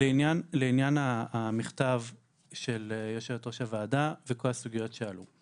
לעניין המכתב של יושבת-ראש הוועדה וכל הסוגיות שעלו,